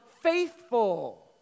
faithful